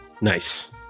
Nice